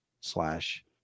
slash